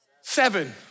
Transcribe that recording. seven